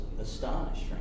astonished